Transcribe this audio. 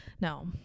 No